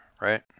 right